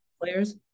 players